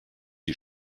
die